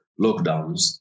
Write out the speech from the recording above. lockdowns